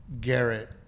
Garrett